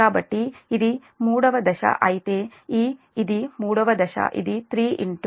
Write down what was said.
కాబట్టి ఇది 3 దశ అయితే ఇది 3 దశ ఇది 3 12 1259